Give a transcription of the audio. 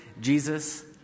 Jesus